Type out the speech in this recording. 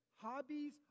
hobbies